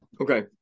Okay